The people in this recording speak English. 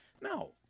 No